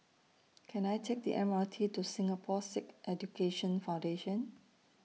Can I Take The M R T to Singapore Sikh Education Foundation